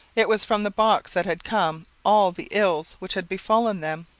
it was from the box that had come all the ills which had befallen them.